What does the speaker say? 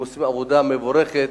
הם עושים עבודה מבורכת.